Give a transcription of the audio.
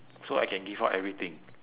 so I can give up everything